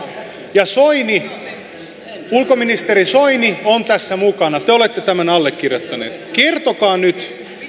ja ulkoministeri soini on tässä mukana te olette tämän allekirjoittanut kertokaa nyt